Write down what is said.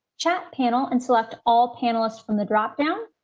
chat panel and select all panelists from the drop down.